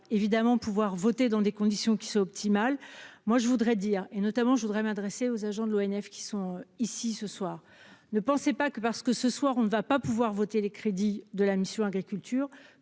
évidemment pouvoir voter dans des conditions qui soient optimales, moi je voudrais dire, et notamment je voudrais m'adresser aux agents de l'ONF, qui sont ici ce soir, ne pensez pas que parce que ce soir on ne va pas pouvoir voter les crédits de la mission Agriculture